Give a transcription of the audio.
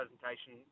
presentation